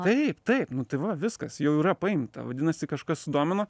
taip taip nu tai va viskas jau yra paimta vadinasi kažkas sudomino